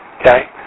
Okay